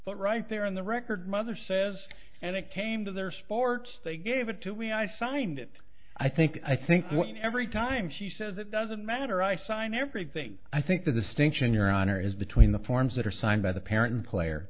but right there on the record mother says and it came to their sports they gave it to me i find it i think i think when every time she says it doesn't matter i sign everything i think that the stink in your honor is between the forms that are signed by the parent player